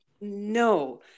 no